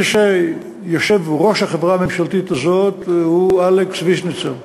הוא יושב-ראש החברה הממשלתית הזאת הוא אלכס ויז'ניצר,